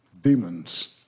Demons